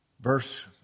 Verse